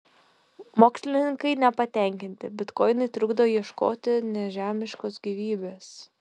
mokslininkai nepatenkinti bitkoinai trukdo ieškoti nežemiškos gyvybės